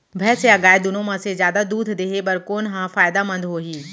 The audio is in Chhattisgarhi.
भैंस या गाय दुनो म से जादा दूध देहे बर कोन ह फायदामंद होही?